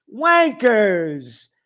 wankers